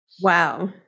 wow